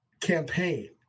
campaign